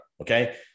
okay